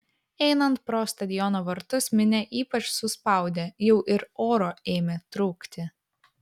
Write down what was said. einant pro stadiono vartus minia ypač suspaudė jau ir oro ėmė trūkti